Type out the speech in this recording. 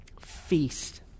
feast